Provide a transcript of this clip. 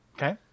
Okay